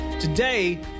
Today